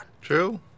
True